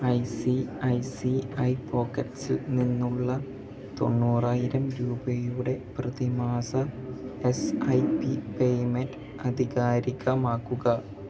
I C I C I പോക്കറ്റ്സിൽ നിന്നുള്ള തൊണ്ണൂറായിരം രൂപയുടെ പ്രതിമാസ എസ് ഐ പി പേയ്മെൻറ് അധികാരികമാക്കുക